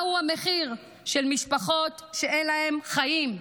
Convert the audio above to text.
מה הוא המחיר של משפחות שאין להן חיים?